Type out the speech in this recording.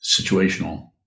situational